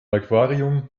aquarium